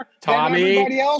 Tommy